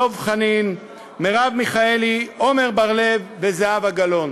דב חנין, מרב מיכאלי, עמר בר-לב וזהבה גלאון,